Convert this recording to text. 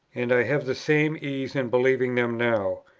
and i have the same ease in believing them now.